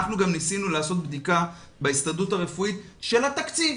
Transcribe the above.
אנחנו גם ניסינו לעשות בדיקה בהסתדרות הרפואית של התקציב.